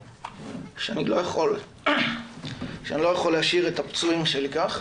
שאני לא יכול להשאיר את הפצועים שלי כך,